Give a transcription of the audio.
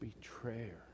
betrayer